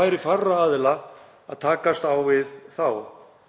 færi fárra aðila að takast á við þá.